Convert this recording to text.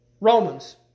Romans